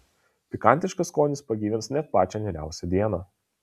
pikantiškas skonis pagyvins net pačią niūriausią dieną